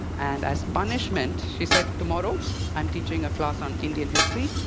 and as punishment, she said, tomorrow i'm teaching a class on indian history,